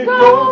go